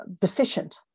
deficient